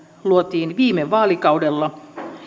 luotiin viime vaalikaudella